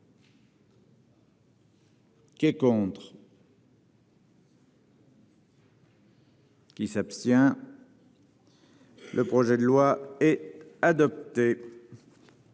Qui est contre. Qui s'abstient. Le projet de loi est adopté.